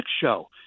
show